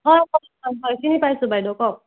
হয় হয় হয় চিনি পাইছোঁ বাইদেউ কওঁক